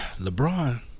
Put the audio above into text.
LeBron